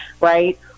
right